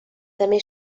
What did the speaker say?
també